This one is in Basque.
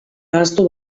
ahaztu